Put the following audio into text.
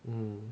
mm